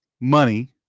money